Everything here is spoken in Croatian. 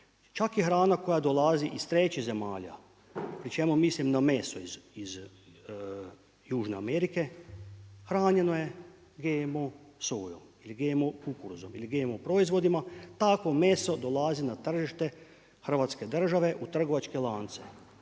Čak i hrana koja dolazi iz trećih zemalja pri čemu mislim na meso iz južne Amerike hranjeno je GMO sojom ili GMO kukuruzom ili GMO proizvodima. Takvo meso dolazi na tržište Hrvatske države u trgovačke lance.